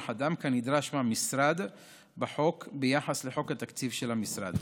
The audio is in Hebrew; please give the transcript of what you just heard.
אדם כנדרש מהמשרד בחוק ביחס לתקציב של המשרד.